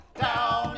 down